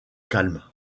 calme